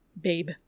Babe